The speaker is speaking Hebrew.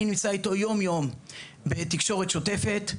אני נמצא איתו יום יום בתקשורת שוטפת,